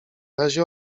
razie